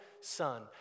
son